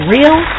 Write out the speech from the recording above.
Real